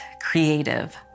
creative